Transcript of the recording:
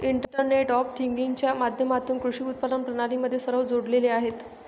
internet of थिंग्जच्या माध्यमातून कृषी उत्पादन प्रणाली मध्ये सर्व जोडलेले आहेत